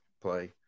play